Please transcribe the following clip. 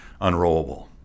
unrollable